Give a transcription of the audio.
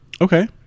Okay